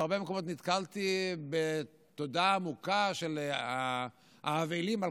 בהרבה מקומות נתקלתי בתודה עמוקה של האבלים על